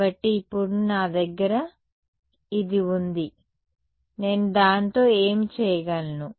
కాబట్టి ఇప్పుడు నా దగ్గర ఇది ఉంది కాబట్టి నేను దానితో ఏమి చేయగలను